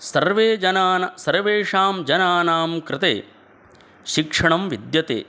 सर्वे जनान् सर्वेषां जनानां कृते शिक्षणं विद्यते